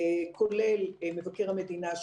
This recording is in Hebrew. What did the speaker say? כולל מבקר המדינה,